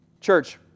Church